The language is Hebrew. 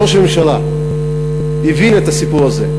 ראש הממשלה הבין את הסיפור הזה,